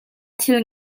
thil